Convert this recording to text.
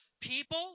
people